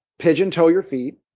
pigeon toe your feet,